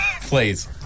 Please